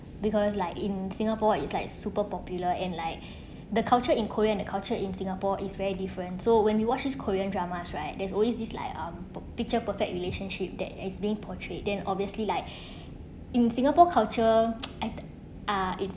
because like in singapore it's like super popular and like the culture in korean culture in singapore is very different so when we watch this korean dramas right there's always this like um picture perfect relationship that is being portrayed then obviously like in singapore culture I uh it